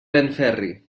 benferri